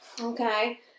okay